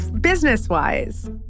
business-wise